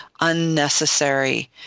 unnecessary